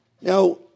Now